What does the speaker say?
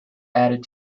added